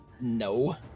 No